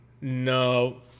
No